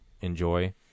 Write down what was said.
enjoy